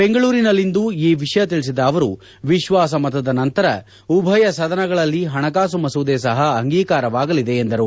ಬೆಂಗಳೂರಿನಲ್ಲಿಂದು ಈ ವಿಷಯ ತಿಳಿಸಿದ ಅವರು ವಿಶ್ವಾಸ ಮತದ ನಂತರ ಉಭಯ ಸದನಗಳಲ್ಲಿ ಹಣಕಾಸು ಮಸೂದೆ ಸಹ ಅಂಗೀಕಾರವಾಗಲಿದೆ ಎಂದರು